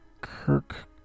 Kirk